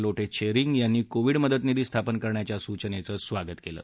लोटश्रिसी यांनी कोविड मदत निधी स्थापन करण्याच्या सूचनधीस्वागत कलि